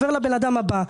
ואז עובר לבן אדם הבא.